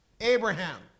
Abraham